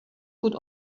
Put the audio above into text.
could